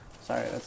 Sorry